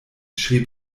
schrieb